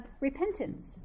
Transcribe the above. repentance